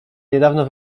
niedawno